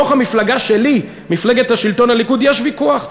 בתוך המפלגה שלי, מפלגת השלטון הליכוד, יש ויכוח.